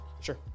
Sure